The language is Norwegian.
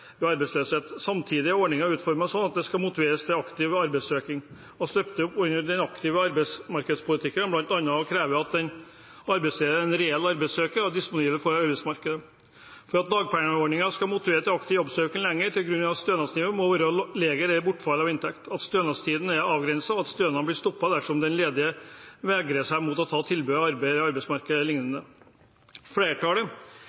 arbeidsløshet. Samtidig er ordningen utformet slik at den skal motivere til aktiv jobbsøking, og støtter opp under den aktive arbeidsmarkedspolitikken ved bl.a. å kreve at den arbeidsledige er reell arbeidssøker og disponibel for arbeidsmarkedet. For at dagpengeordningen skal motivere til aktiv jobbsøking, legger man til grunn at stønadsnivået må være lavere enn den bortfalte inntekten, at stønadstiden er avgrenset, og at stønaden blir stoppet dersom den ledige vegrer seg mot å ta tilbud om arbeid eller arbeidsmarkedstiltak e.l. Flertallet i komiteen, bestående av